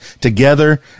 together